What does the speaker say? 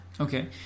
Okay